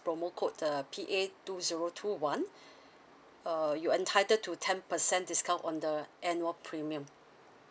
promo code uh P A two zero two one uh you're entitled to ten percent discount on the annual premium